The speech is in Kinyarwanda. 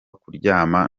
kuryamana